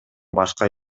башка